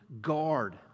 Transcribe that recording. guard